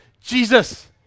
jesus